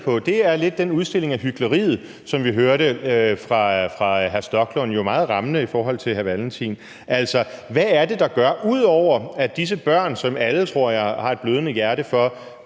om, er den udstilling af hykleriet, som vi hørte fra hr. Rasmus Stoklund – jo meget rammende i forhold til hr. Carl Valentin. Altså, hvad er det, der gør, at disse børn – ud over at alle, tror jeg, har et blødende hjerte for